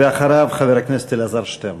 אחריו, חבר הכנסת אלעזר שטרן.